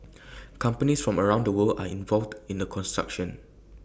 companies from around the world are involved in the construction